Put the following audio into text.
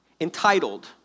Entitled